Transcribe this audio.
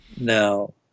Now